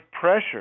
pressure